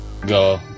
go